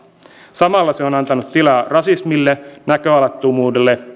samalla se on antanut tilaa rasismille näköalattomuudelle